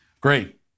great